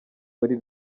muri